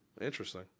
Interesting